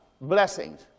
blessings